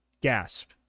gasp